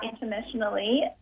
internationally